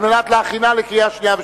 18 בעד,